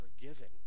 forgiven